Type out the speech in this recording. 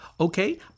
Okay